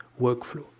workflow